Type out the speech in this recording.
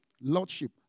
Lordship